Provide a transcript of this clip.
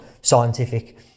scientific